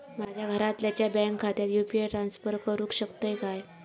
माझ्या घरातल्याच्या बँक खात्यात यू.पी.आय ट्रान्स्फर करुक शकतय काय?